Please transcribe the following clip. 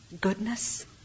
goodness